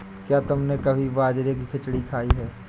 क्या तुमने कभी बाजरे की खिचड़ी खाई है?